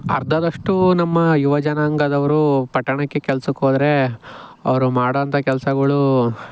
ಅರ್ಧದಷ್ಟು ನಮ್ಮ ಯುವ ಜನಾಂಗದವರು ಪಟ್ಟಣಕ್ಕೆ ಕೆಲಸಕ್ಕೋದ್ರೆ ಅವರು ಮಾಡೋವಂಥ ಕೆಲ್ಸಗಳು